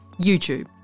YouTube